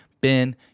Ben